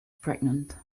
pregnant